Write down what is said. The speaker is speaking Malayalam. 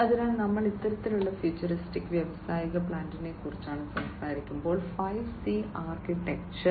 അതിനാൽ നമ്മൾ ഇത്തരത്തിലുള്ള ഫ്യൂച്ചറിസ്റ്റിക് വ്യാവസായിക പ്ലാന്റിനെക്കുറിച്ച് സംസാരിക്കുമ്പോൾ 5C ആർക്കിടെക്ചർ